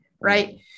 right